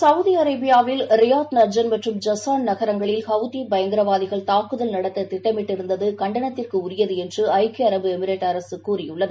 சவுதிஅரேபியாவில் Riyadh Najran மற்றும் Jazan நகரங்களில் ஹவுதிபயங்கரவாதிகள் தாக்குதல் நடத்ததிடட்மிட்டிருந்ததுகண்டனத்திற்குஉரியதுஎன்றுறக்கிய அரபு எமிரேட் அரசுகூறியுள்ளது